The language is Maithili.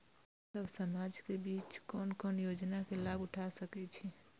हम सब समाज के बीच कोन कोन योजना के लाभ उठा सके छी?